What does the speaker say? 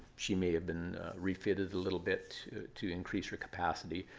she may have been refitted a little bit to increase her capacity.